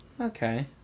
Okay